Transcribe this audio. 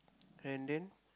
and then